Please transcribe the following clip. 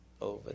over